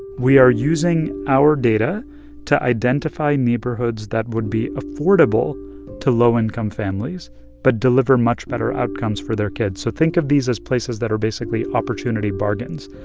we are using our data to identify neighborhoods that would be affordable to low-income families but deliver much better outcomes for their kids. so think of these as places that are basically opportunity bargains.